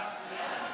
סעיפים 1 2